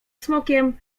smokiem